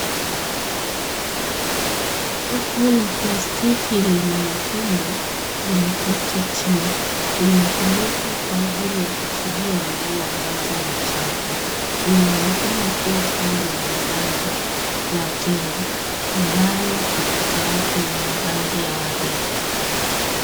Kopo la plastiki lenye matundu limeketi chini. Limetumika kwa ajili ya kutilia nguo ambazo ni chafu. Linaonekana kuwa lando ya mlango la jengo ambayo ukuta wake una rangi ya waridi.